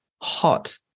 hot